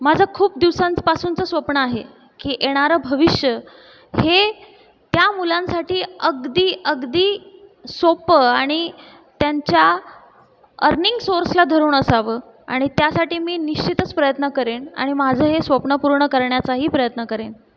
माझं खूप दिवसांपासूनच स्वप्न आहे की येणारं भविष्य हे त्या मुलांसाठी अगदी अगदी सोपं आणि त्यांच्या अर्निंग सोर्सला धरून असावं आणि त्यासाठी मी निश्चितच प्रयत्न करेन आणि माझं हे स्वप्न पूर्ण करण्याचाही प्रयत्न करेन